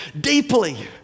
deeply